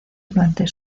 durante